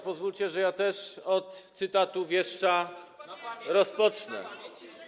Pozwólcie, że ja też od cytatu wieszcza rozpocznę.